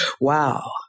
Wow